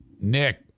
Nick